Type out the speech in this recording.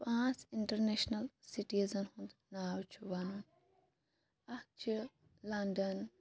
پانٛژھ international citizen ہُنٛد ناو چھُ وَنُن اکھ چھِ لَنڈَن